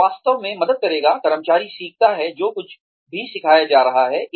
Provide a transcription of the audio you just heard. यह वास्तव में मदद करेगा कर्मचारी सीखता है जो कुछ भी सिखाया जा रहा है